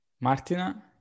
Martina